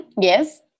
Yes